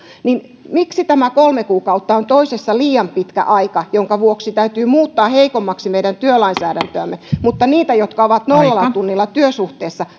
miksi tämä kolme kuukautta on toisessa liian pitkä aika jonka vuoksi täytyy muuttaa heikommaksi meidän työlainsäädäntöämme mutta niitä jotka ovat nollatunnilla työsuhteessa